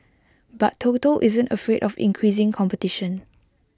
but total isn't afraid of increasing competition